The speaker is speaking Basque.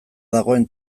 dagoen